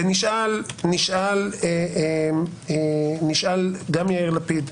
ונשאל גם יאיר לפיד,